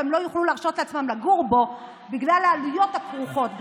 אבל הם לא יוכלו להרשות לעצמם לגור בו בגלל העלויות הכרוכות בכך.